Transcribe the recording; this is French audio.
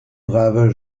braves